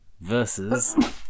versus